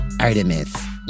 Artemis